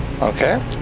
Okay